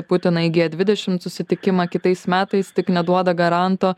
putiną į g dvidešimt susitikimą kitais metais tik neduoda garanto